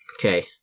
Okay